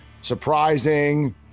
surprising